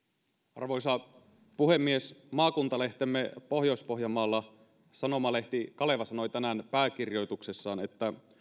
arvoisa puhemies maakuntalehtemme pohjois pohjanmaalla sanomalehti kaleva sanoi tänään pääkirjoituksessaan että